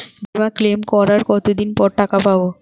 বিমা ক্লেম করার কতদিন পর টাকা পাব?